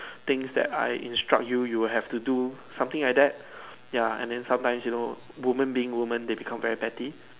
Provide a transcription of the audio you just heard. things that I instruct you you will have to do something like that ya and then sometimes you know woman being woman they become very petty